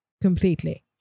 completely